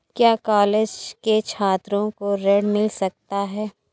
क्या कॉलेज के छात्रो को ऋण मिल सकता है?